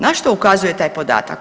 Na što ukazuje taj podatak?